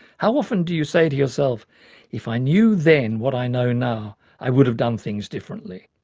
how often do you say to yourself if i knew then what i know now, i would have done things differently.